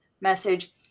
message